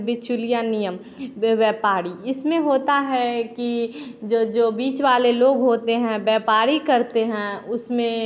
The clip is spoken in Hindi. बेचोलिया नियम व्यापारी इसमें होता है कि जो जो बीच वाले लोग होते हैं व्यापारी कहते हैं उसमें